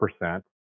percent